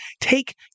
take